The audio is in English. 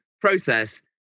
process